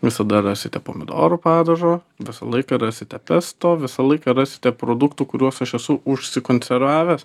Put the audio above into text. visada rasite pomidorų padažo visą laiką rasite pesto visą laiką rasite produktų kuriuos aš esu užsikonservavęs